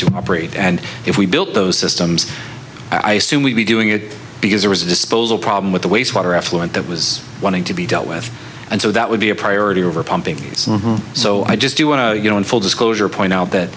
to operate and if we built those systems i assume we'll be doing it because there was a disposal problem with the wastewater effluent that was wanting to be dealt with and so that would be a priority over pumping so i just do want to you know in full disclosure point out that